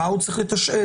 מה הוא צריך לתשאל?